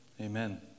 Amen